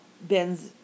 Ben's